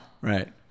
Right